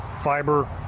fiber